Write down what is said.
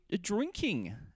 drinking